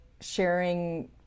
sharing